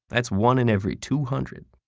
that's one in ever two hundred.